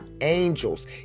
angels